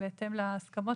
כ"ט בשבט התשפ"ב,